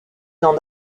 dans